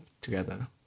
together